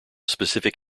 specific